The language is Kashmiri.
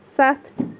سَتھ